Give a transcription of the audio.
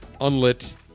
unlit